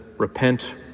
repent